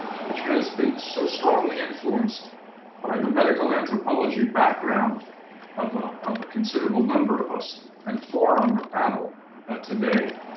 which has been so strongly influenced by the medical anthropology background of ah of a considerable number of us, and four on the panel today,